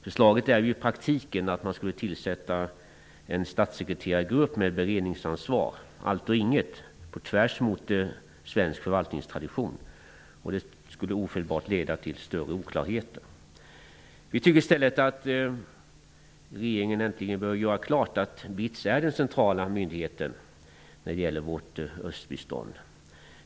Förslaget innebär i praktiken att man skulle tillsätta en statssekreterargrupp med beredningsansvar -- allt och inget, på tvärs mot svensk förvaltningstradition. Det skulle ofelbart leda till större oklarheter. Vi menar i stället att regeringen äntligen bör göra klart att BITS är den centrala myndigheten när det gäller vårt östbistånd.